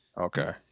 Okay